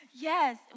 Yes